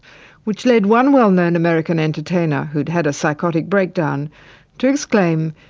which led one well-known american entertainer who'd had a psychotic breakdown to exclaim,